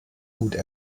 gut